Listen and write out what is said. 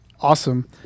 awesome